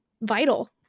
vital